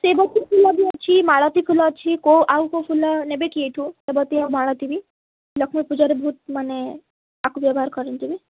ସେବତୀ ଫୁଲ ବି ଅଛି ମାଳତୀ ଫୁଲ ଅଛି କେଉଁ ଆଉ କେଉଁ ଫୁଲ ନେବେ କି ଏଇଠୁ ସେବତୀ ଆଉ ମାଳତୀ ବି ଲକ୍ଷ୍ମୀ ପୂଜାରେ ବହୁତ ମାନେ ଆକୁ ବ୍ୟବହାର କରନ୍ତି ବି